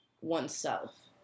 oneself